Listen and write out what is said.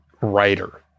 writer